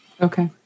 okay